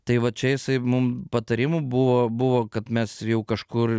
tai va čia jisai mum patarimų buvo buvo kad mes jau kažkur